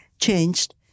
changed